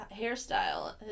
hairstyle